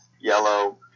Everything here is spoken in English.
yellow